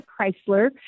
Chrysler